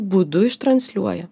būdu ištransliuoja